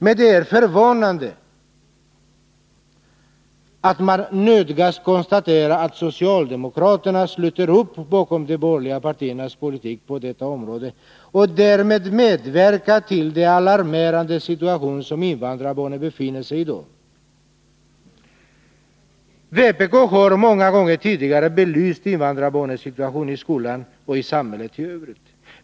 Men det är förvånande att man nödgas konstatera, att socialdemokraterna sluter upp bakom de borgerliga partiernas politik på detta område och därmed medverkar till den alarmerande situation invandrarbarnen befinner sigiidag. Vpk har många gånger tidigare belyst invandrarbarnens situation i skolan och i samhället i övrigt.